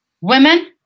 women